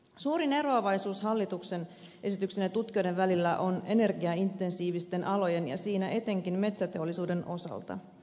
suurin eroavaisuus hallituksen esityksen ja tutkijoiden välillä on energiaintensiivisten alojen ja siinä etenkin metsäteollisuuden osalta